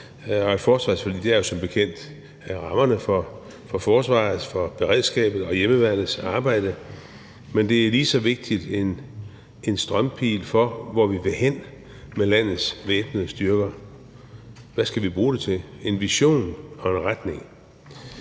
og et forsvarsforlig er som bekendt rammerne for forsvarets, beredskabets og hjemmeværnets arbejde, men det er, lige så vigtigt, en strømpil for, hvor vi vil hen med landets væbnede styrker – en vision og en retning.